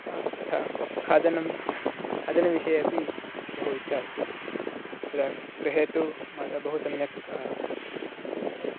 तथा खादनं खादनविषयेऽपि बहु इच्छा अस्ति तत्र गृहे तु माता बहु सम्यक्